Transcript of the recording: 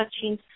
touching